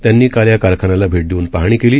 त्यांनी कालया कारखान्यालाभेट देऊन पाहणी केली